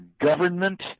government